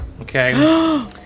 Okay